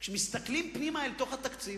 כשמסתכלים פנימה לתוך התקציב,